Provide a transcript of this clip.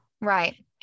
Right